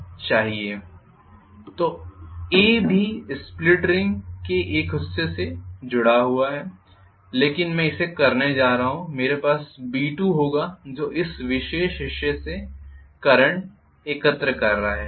तो A अभी भी स्प्लिट रिंग के एक हिस्से से जुड़ा हुआ है लेकिन मैं इसे करने जा रहा हूं मेरे पास ब्रश B2 होगा जो इस विशेष हिस्से से करंट एकत्र कर रहा है